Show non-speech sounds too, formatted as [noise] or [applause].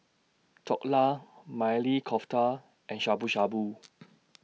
Dhokla Maili Kofta and Shabu Shabu [noise]